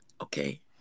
okay